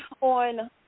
on